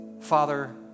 Father